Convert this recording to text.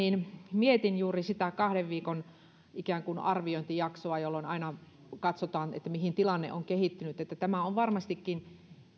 mietin juuri sitä kahden viikon ikään kuin arviointijaksoa jolloin aina katsotaan mihin tilanne on kehittynyt tämä on varmastikin